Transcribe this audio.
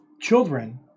children